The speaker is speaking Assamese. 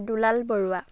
দুলাল বৰুৱা